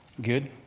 Good